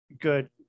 good